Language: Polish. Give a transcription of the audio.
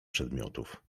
przedmiotów